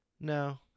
No